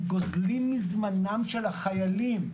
הם גוזלים מזמנם של החיילים.